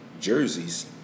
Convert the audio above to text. jerseys